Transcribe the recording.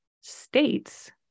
states